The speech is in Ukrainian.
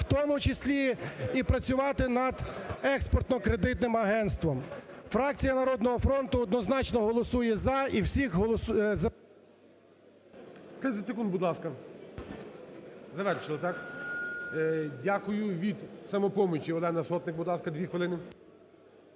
в тому числі і працювати і над експортно-кредитним агентством. Фракція "Народного фронту" однозначно голосує "за" і всіх… ГОЛОВУЮЧИЙ. 30 секунд, будь ласка. Завершили, так? Дякую. Від "Самопомочі" Олена Сотник, будь ласка, дві хвилини.